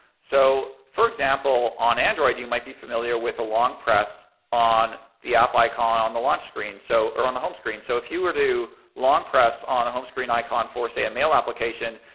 so for example, on android you might be familiar with the long press on the app icon on the launch screen so or on the home screen. so if you were to long press on a home screen icon for, say, a mail application,